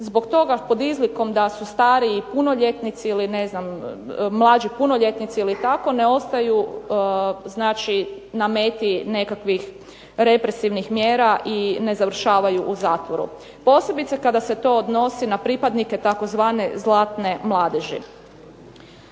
zbog toga pod izlikom da su stariji punoljetnici ili ne znam mlađi punoljetnici ili tako ne ostaju znači na meti nekakvih represivnih mjera i ne završavaju u zatvoru posebice kada se to odnosi na pripadnike tzv. zlatne mladeži.